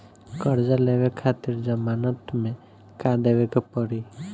कर्जा लेवे खातिर जमानत मे का देवे के पड़ी?